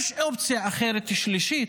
יש אופציה אחרת, שלישית: